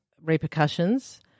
repercussions